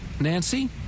Nancy